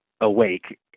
awake